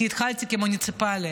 כי התחלתי במוניציפלי.